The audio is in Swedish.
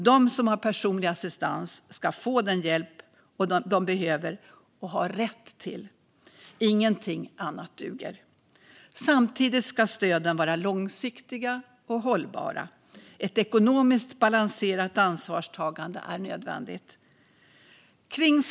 De som har personlig assistans ska få den hjälp de behöver och har rätt till. Ingenting annat duger. Samtidigt ska stöden vara långsiktiga och hållbara. Ett ekonomiskt balanserat ansvarstagande är nödvändigt. Fru talman!